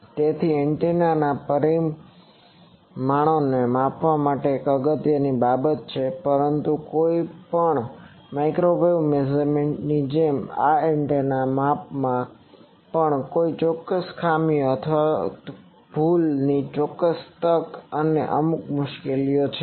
તેથી એન્ટેનાના પરિમાણોને માપવા એ એક અગત્યની બાબત છે પરંતુ કોઈપણ માઇક્રોવેવ મેઝરમેન્ટની જેમ આ એન્ટેનાના માપમાં પણ ચોક્કસ ખામીઓ અથવા ભૂલની ચોક્કસ તક અને અમુક મુશ્કેલીઓ છે